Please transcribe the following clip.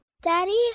Daddy